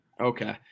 Okay